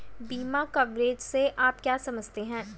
बीमा कवरेज से आप क्या समझते हैं?